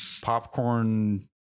popcorn